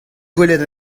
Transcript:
gwelet